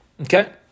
Okay